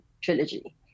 trilogy